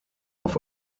auf